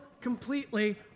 completely